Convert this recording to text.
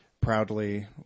proudly